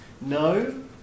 No